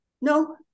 No